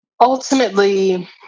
ultimately